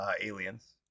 aliens